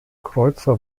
kreuzer